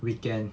weekend